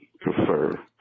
prefer